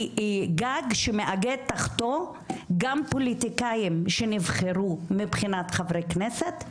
היא גג שמאגד תחתו גם פוליטיקאים שנבחרו מבחינת חברי כנסת,